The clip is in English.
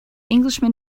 englishman